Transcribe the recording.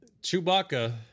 Chewbacca